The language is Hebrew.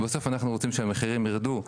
בסוף אנחנו רוצים שהמחירים ירדו.